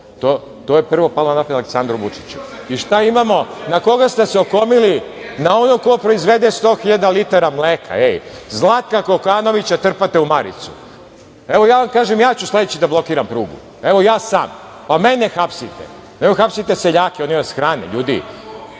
je prvo palo na pamet Aleksandru Vučiću, i šta imamo, na koga ste se okomili, na onog ko proizvede 100 hiljada litara mleka, ej, Zlatana Kokanovića trpate u maricu, evo ja vam kažem, ja ću sledeći da blokiram prugu, ja sam, pa mene hapsite, nemojte da hapsite seljake, oni vas hrane ljudi. Te